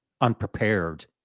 unprepared